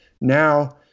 Now